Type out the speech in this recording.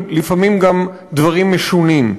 ולפעמים גם דברים משונים.